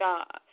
God